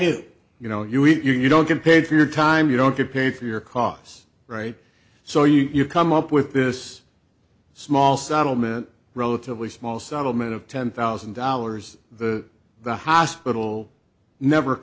do you know you eat you don't get paid for your time you don't get paid for your costs right so you come up with this small settlement relatively small settlement of ten thousand dollars the the hospital never